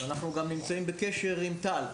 אנחנו גם נמצאים בדו-שיח עם טל,